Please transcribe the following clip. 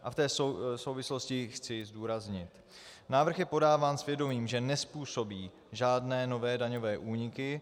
V té souvislosti chci zdůraznit: Návrh je podáván s vědomím, že nezpůsobí žádné nové daňové úniky.